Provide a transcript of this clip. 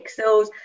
Pixels